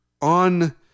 on